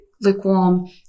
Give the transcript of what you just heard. lukewarm